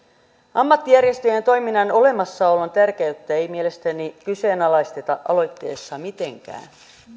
ammattijärjestöjen toiminnan olemassaolon tärkeyttä ei mielestäni kyseenalaisteta aloitteessa mitenkään